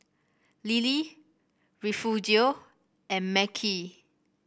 Lillie Refugio and Mekhi